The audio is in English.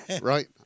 Right